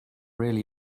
really